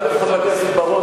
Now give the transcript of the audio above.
חבר הכנסת בר-און,